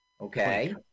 okay